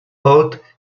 port